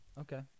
Okay